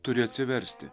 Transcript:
turi atsiversti